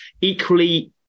equally